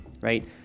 right